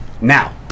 Now